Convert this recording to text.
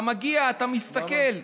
אתה מגיע, אתה מסתכל,